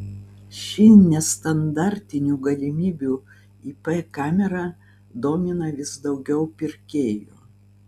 šį nestandartinių galimybių ip kamera domina vis daugiau pirkėjų